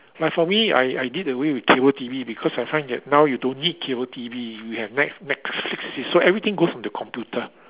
like for me I I did away with cable T_V because I find that now you don't need cable T_V we have net netflix so everything goes into computer